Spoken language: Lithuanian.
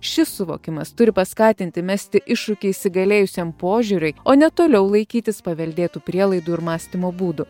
šis suvokimas turi paskatinti mesti iššūkį įsigalėjusiam požiūriui o ne toliau laikytis paveldėtų prielaidų ir mąstymo būdų